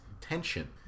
tension